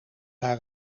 haar